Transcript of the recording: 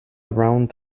around